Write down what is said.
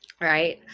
right